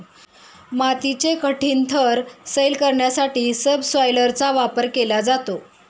मातीचे कठीण थर सैल करण्यासाठी सबसॉयलरचा वापर केला जातो